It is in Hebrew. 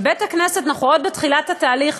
בבית-הכנסת אנחנו רק בתחילת התהליך,